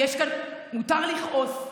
מותר לכעוס,